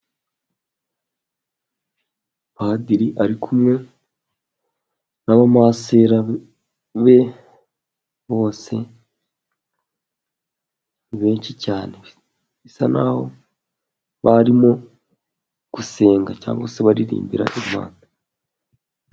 Padiri ari kumwe n'abamasera be bose, ni benshi cyane bisa n'aho barimo gusenga, cyangwa se baririmbira Imana.